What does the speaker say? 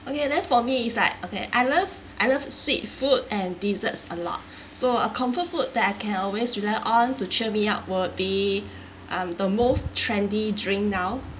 okay then for me is like okay I love I love sweet food and desserts a lot so a comfort food that I can always rely on to cheer me up would be um the most trendy drink now